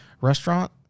restaurant